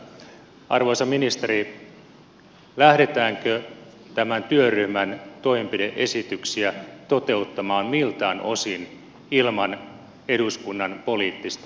arvoisa ministeri lähdetäänkö tämän työryhmän toimenpide esityksiä toteuttamaan miltään osain ilman eduskunnan poliittista arviointia